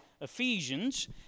Ephesians